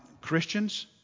Christians